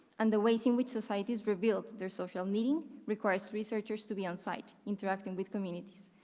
and the ways in which societies revealed their social needing requires researchers to be on site interacting with communities.